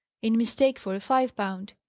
in mistake for a five-pound.